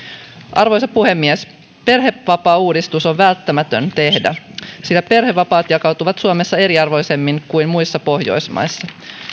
arvoisa puhemies perhevapaauudistus on välttämätön tehdä sillä perhevapaat jakautuvat suomessa eriarvoisemmin kuin muissa pohjoismaissa